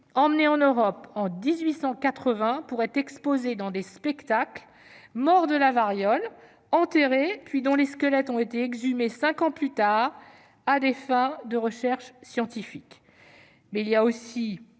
emmenés en Europe en 1880 pour être exposés dans des spectacles, morts de la variole, puis enterrés, et dont les squelettes ont été exhumés cinq ans plus tard à des fins de recherches scientifiques. Notre